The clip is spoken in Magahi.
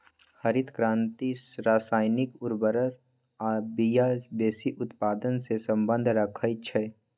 हरित क्रांति रसायनिक उर्वर आ बिया वेशी उत्पादन से सम्बन्ध रखै छै